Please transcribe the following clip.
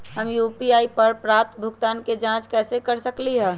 हम यू.पी.आई पर प्राप्त भुगतान के जाँच कैसे कर सकली ह?